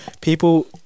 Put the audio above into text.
people